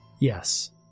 Yes